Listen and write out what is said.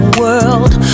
world